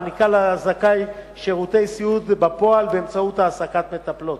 ומעניקה לזכאי שירותי סיעוד בפועל באמצעות העסקת מטפלות.